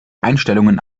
einstellungen